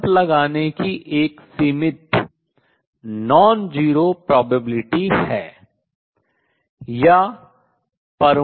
छलांग लगाने की एक सीमित non zero probablity गैर शून्य संभावना है